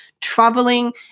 traveling